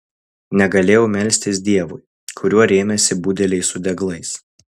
negalėjau melstis dievui kuriuo rėmėsi budeliai su deglais